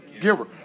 giver